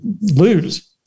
lose